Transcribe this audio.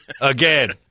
again